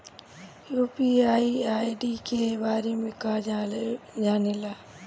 UPI ID के बारे में का जाने ल?